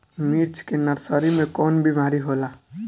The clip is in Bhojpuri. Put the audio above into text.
मिर्च के नर्सरी मे कवन बीमारी होला?